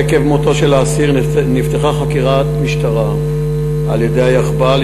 עקב מותו של האסיר נפתחה חקירת משטרה על-ידי היאחב"ל,